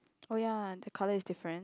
oh ya the colour is different